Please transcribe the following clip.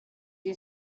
you